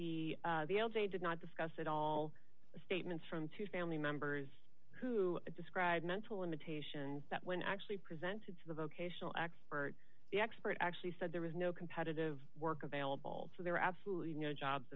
they did not discuss at all statements from two family members who described mental limitations that when actually presented to the vocational expert the expert actually said there is no competitive work available so there are absolutely no jobs